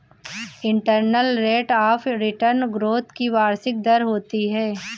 internal rate of return growth की वार्षिक दर होती है